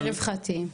ורווחתים.